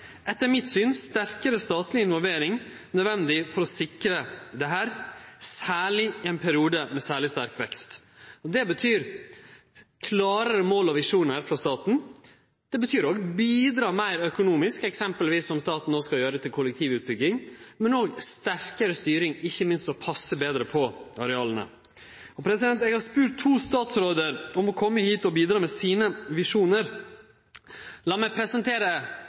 Etter mitt syn er sterkare statleg involvering nødvendig for å sikre dette, særleg i ein periode med særleg sterk vekst. Det betyr klarare mål og visjonar frå staten. Det betyr også at ein må bidra meir økonomisk, eksempelvis slik staten no skal gjere til kollektivutbygging, sterkare styring, og ikkje minst det å passe på areala. Eg har spurt to statsrådar om å kome hit for å bidra med sine visjonar. Lat meg presentere